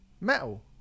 metal